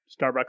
Starbucks